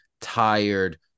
tired